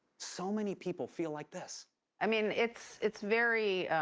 so many people feel like this i mean, it's it's very.